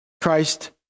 Christ